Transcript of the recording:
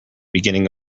beginning